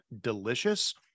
delicious